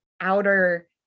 outer